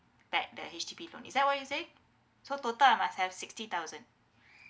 back the H_D_B loan is that what you saying so total I must have sixty thousand